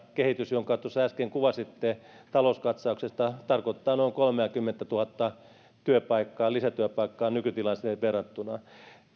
jonka tuossa äsken kuvasitte talouskatsauksesta tarkoittaa noin kolmeakymmentätuhatta lisätyöpaikkaa nykytilanteeseen verrattuna